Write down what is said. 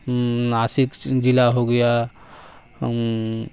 ناسک ضلع ہو گیا